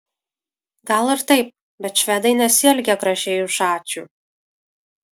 gal ir taip bet švedai nesielgia gražiai už ačiū